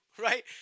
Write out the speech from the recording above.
right